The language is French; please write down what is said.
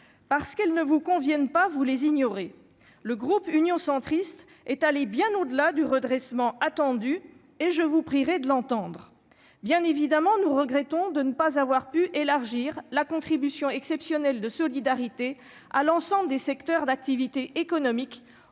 parce qu'elles ne vous conviennent pas, vous les ignorez le groupe Union centriste est allée bien au-delà du redressement attendu et je vous prierai de l'entendre, bien évidemment, nous regrettons de ne pas avoir pu élargir la contribution exceptionnelle de solidarité à l'ensemble des secteurs d'activité économique,